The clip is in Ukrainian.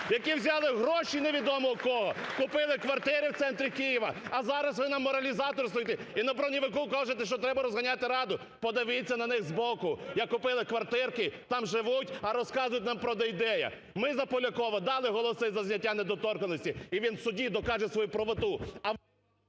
які взяли гроші невідомо в кого, купили квартири в центрі Києва, а зараз ви нам моралізатурствуєте і на броневіку кажете, що треба розганяти Раду?! Подивіться на них з боку, як купили квартирки, там живуть, а розказують нам про Дейдея. Ми за Полякова дали голоси, за зняття недоторканності, і він в суді докаже свою правоту!